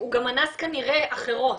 הוא גם אנס כנראה אחרות.